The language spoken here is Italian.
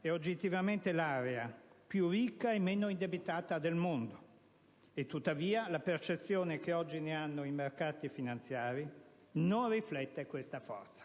è oggettivamente l'area più ricca e meno indebitata del mondo e, tuttavia, la percezione che oggi ne hanno i mercati finanziari non riflette questa forza.